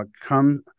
come